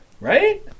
Right